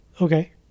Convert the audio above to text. okay